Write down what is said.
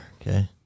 okay